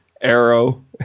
Arrow